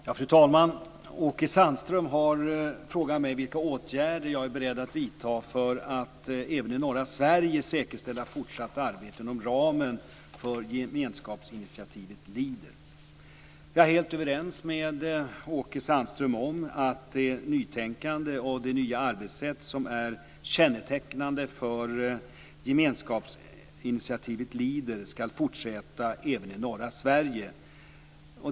Fru talman! Åke Sandström har frågat mig vilka åtgärder jag är beredd att vidta för att även i norra Sverige säkerställa fortsatt arbete inom ramen för gemenskapsinitiativet Leader. Jag är helt överens med Åke Sandström om att det nytänkande och det nya arbetssätt som är kännetecknande för gemenskapsinitiativet Leader ska fortsätta även i norra Sverige.